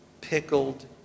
pickled